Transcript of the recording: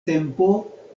tempo